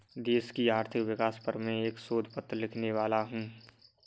देश की आर्थिक विकास पर मैं एक शोध पत्र लिखने वाला हूँ